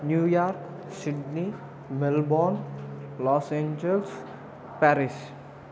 New York Sydney Melbourne Los Angeles Paris